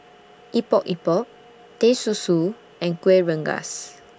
Epok Epok Teh Susu and Kuih Rengas